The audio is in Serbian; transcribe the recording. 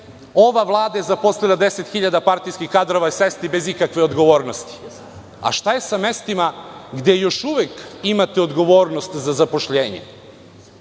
ova Vlada je zaposlila 10.000 partijskih kadrova i sesti bez ikakve odgovornosti. Šta je sa mestima gde još uvek imate odgovornost za zapošljavanje?